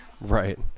Right